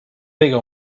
pega